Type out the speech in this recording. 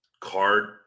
card